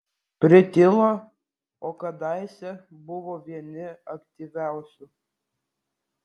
pritilo o kadaise buvo vieni aktyviausių